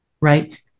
right